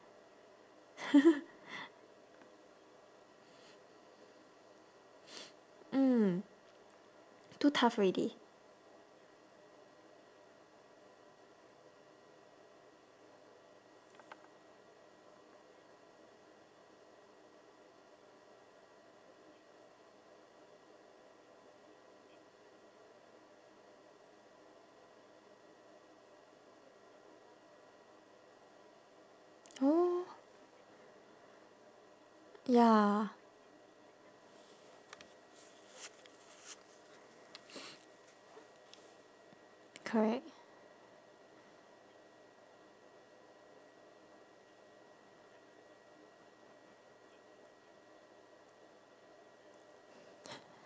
mm too tough already oh ya correct